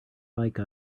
like